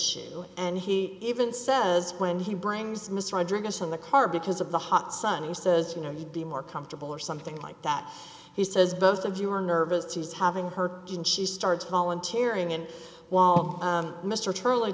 ue and he even says when he brings mr rodriguez in the car because of the hot sun he says you know he'd be more comfortable or something like that he says both of you are nervous he's having her and she starts volunteering and while mr truly